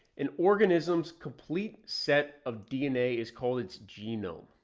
an organism's complete set of dna is called its genome.